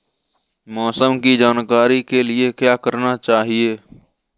मौसम की जानकारी के लिए क्या करना चाहिए?